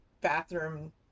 bathroom